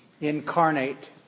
incarnate